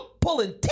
pulling